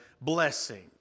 blessing